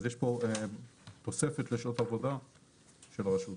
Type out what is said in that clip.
אז יש פה תוספת לשעות עבודה של רשות.